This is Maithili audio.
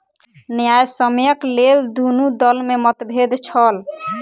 न्यायसम्यक लेल दुनू दल में मतभेद छल